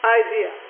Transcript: idea